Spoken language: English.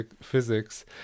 physics